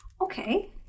Okay